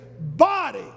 body